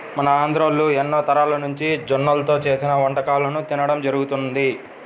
మన ఆంధ్రోల్లు ఎన్నో తరాలనుంచి జొన్నల్తో చేసిన వంటకాలను తినడం జరుగతంది